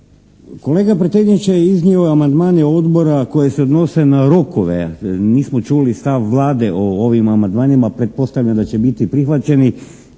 Kolega Prtenjača je iznio amandmane odbora koji se odnose na rokove. Nismo čuli stav Vlade o ovim amandmanima. Pretpostavljam da će biti prihvaćeni,